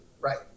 Right